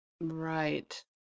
Right